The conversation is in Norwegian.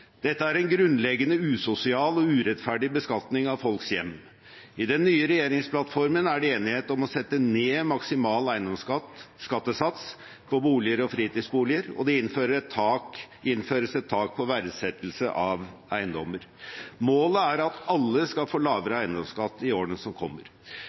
Dette er en grunnleggende usosial og urettferdig beskatning av folks hjem. I den nye regjeringsplattformen er det enighet om å sette ned maksimal eiendomsskattesats på boliger og fritidsboliger, og det innføres et tak på verdsettelse av eiendommer. Målet er at alle skal få lavere eiendomsskatt i årene som kommer.